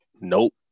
Nope